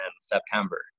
September